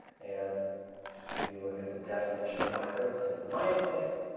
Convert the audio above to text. and if you look at the definition of micro, it's ten to the minus six.